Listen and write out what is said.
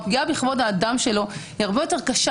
הפגיעה בכבוד האדם שלו היא הרבה יותר קשה.